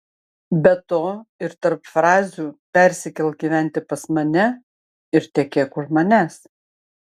be to ir tarp frazių persikelk gyventi pas mane ir tekėk už manęs